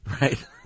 right